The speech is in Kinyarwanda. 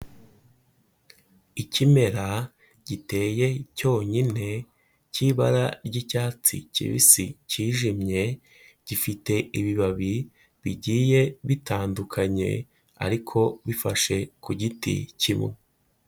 Ikimera giteye cyonyine cy'ibara ry'icyatsi kibisi cyijimye, gifite ibibabi bigiye bitandukanye ariko bifashe ku giti kimwe.